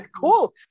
Cool